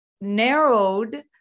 narrowed